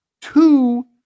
two